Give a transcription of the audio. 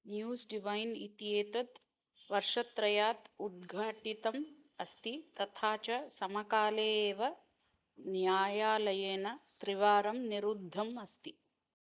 news divine इति एतत् वर्षत्रयात् उद्घाटितम् अस्ति तथा च समकाले एव न्यायालयेन त्रिवारं निरुद्धम् अस्ति